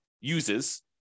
uses